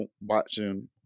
watching